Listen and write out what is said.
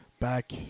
back